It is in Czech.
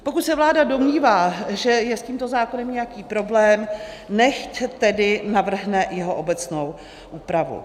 Pokud se vláda domnívá, že je s tímto zákonem nějaký problém, nechť tedy navrhne jeho obecnou úpravu.